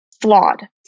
flawed